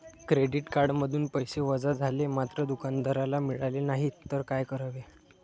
Credit कार्डमधून पैसे वजा झाले मात्र दुकानदाराला मिळाले नाहीत तर काय करावे?